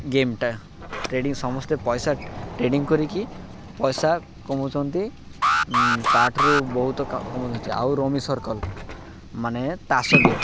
ଗେମ୍ଟା ଟ୍ରେଡ଼ିଂ ସମସ୍ତେ ପଇସା ଟ୍ରେଡ଼ିଂ କରିକି ପଇସା କମଉଛନ୍ତି ତା'ଠାରୁ ବହୁତ କମଉଛନ୍ତି ଆଉ ରୁମି ସର୍କଲ୍ ମାନେ ତାସ ଗେମ୍